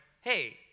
hey